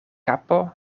kapo